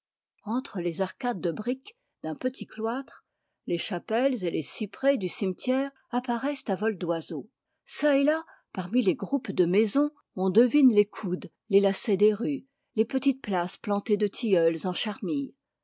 entre les arcades de brique d'un petit cloître les chapelles et les cyprès du cimetière apparaissent à vol d'oiseau çà et là parmi les groupes de maisons on devine les coudes les lacets des rues les petites places plantées de tilleuls en charmilles